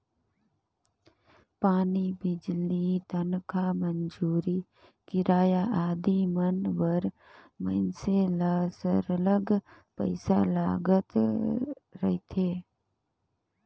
पानी, बिजली, तनखा, मंजूरी, किराया आदि मन बर मइनसे ल सरलग पइसा लागत रहथे